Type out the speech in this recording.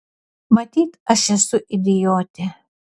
matyt aš esu idiotė